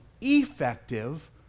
effective